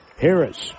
Harris